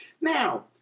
Now